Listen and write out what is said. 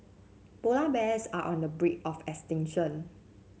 polar bears are on the brink of extinction